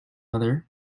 other